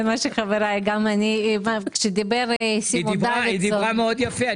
דיברת מאוד יפה.